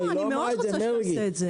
אני מאוד רוצה שתעשה את זה.